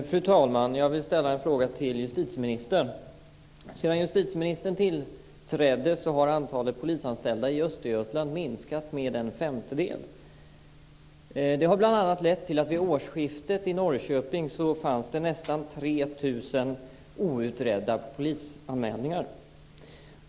Fru talman! Jag vill ställa en fråga till justitieministern. Sedan justitieministern tillträdde har antalet polisanställda i Östergötland minskat med en femtedel. Det har bl.a. lett till att det vid årsskiftet i Norrköping fanns nästan 3 000 outredda polisanmälningar.